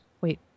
Wait